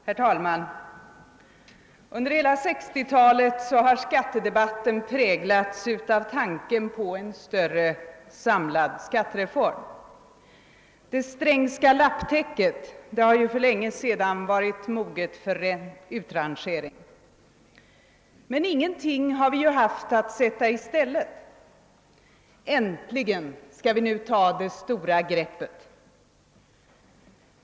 Herr talman! Under hela 1960-talet har skattedebatten präglats av tanken på en stor samlad skattereform. Det Strängska lapptäcket har ju för länge sedan varit moget för utrangering. Ingenting har vi haft att sätta i stället. Äntligen skall vi nu ta det stora greppet!